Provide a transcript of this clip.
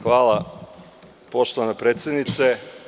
Hvala poštovana predsednice.